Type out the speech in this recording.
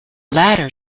latter